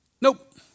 Nope